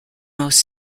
most